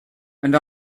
and